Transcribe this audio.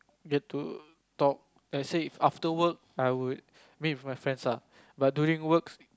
get to talk and say if after work I would meet with my friends ah but during works